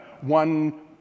one